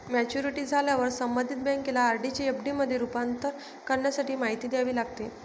maturity झाल्यावर संबंधित बँकेला आर.डी चे एफ.डी मध्ये रूपांतर करण्यासाठी माहिती द्यावी लागते